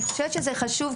אני חושבת שזה חשוב.